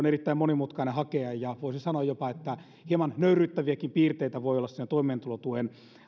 erittäin monimutkaista hakea ja voisi sanoa jopa että hieman nöyryyttäviäkin piirteitä voi olla siinä toimeentulotuen